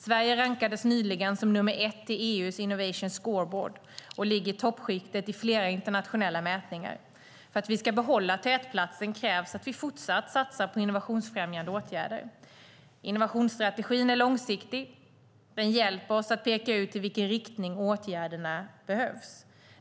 Sverige rankades nyligen som nummer ett i EU:s innovation scoreboard, och ligger i toppskiktet i flera internationella mätningar. För att vi ska behålla tätplatsen krävs att vi fortsatt satsar på innovationsfrämjande åtgärder. Innovationsstrategin är långsiktig. Den hjälper oss att peka ut i vilken riktning åtgärderna behövs.